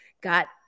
got